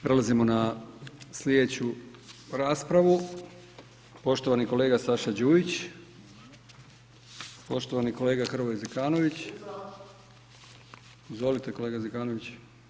Prelazimo na slijedeću raspravu, poštovani kolega Saša Đujić, poštovani kolega Hrvoje Zekanović, [[Upadica Zekanović: Tu sam]] izvolite kolega Zekanović.